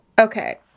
okay